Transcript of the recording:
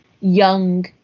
young